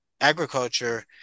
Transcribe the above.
agriculture